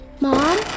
Mom